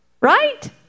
Right